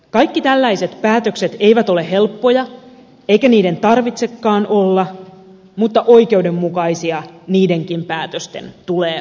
kaikki tällaiset päätökset eivät ole helppoja eikä niiden tarvitsekaan olla mutta oikeudenmukaisia niidenkin päätösten tulee olla